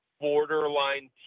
Borderline